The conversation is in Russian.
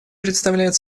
представляет